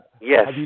Yes